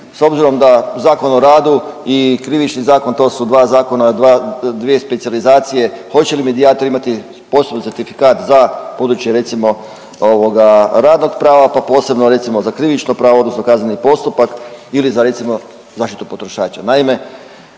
s obzirom da Zakon o radu i Krivični zakon to su dva zakona, dvije specijalizacije. Hoće li medijatori imati poseban certifikat za područje recimo radnog prava pa posebno recimo za krivično pravo, odnosno kazneni postupak ili za recimo zaštitu potrošača.